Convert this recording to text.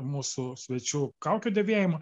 mūsų svečių kaukių dėvėjimu